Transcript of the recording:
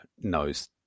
knows